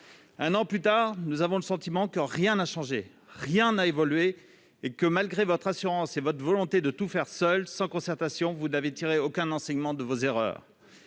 Un an plus tard, nous avons le sentiment que rien n'a changé, que rien n'a évolué et que, malgré votre assurance et volonté de tout faire seuls, sans concertation, vous n'avez tiré aucun enseignement de vos erreurs.